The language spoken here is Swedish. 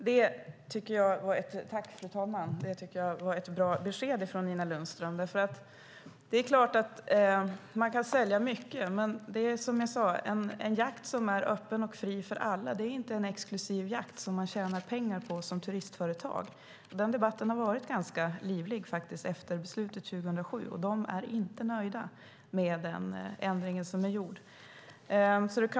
Fru talman! Det tycker jag var ett bra besked från Nina Lundström. Det är klart att man kan sälja mycket. Men som ni sade: En jakt som är öppen och fri för alla är inte en exklusiv jakt som man tjänar pengar på som turistföretag. Den debatten har faktiskt varit ganska livlig efter beslutet 2007. De är inte nöjda med den ändring som gjordes.